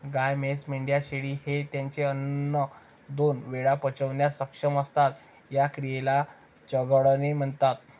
गाय, म्हैस, मेंढ्या, शेळी हे त्यांचे अन्न दोन वेळा पचवण्यास सक्षम असतात, या क्रियेला चघळणे म्हणतात